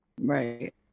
Right